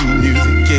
music